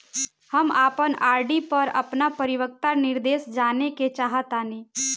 हम अपन आर.डी पर अपन परिपक्वता निर्देश जानेके चाहतानी